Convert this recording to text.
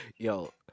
Yo